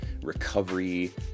recovery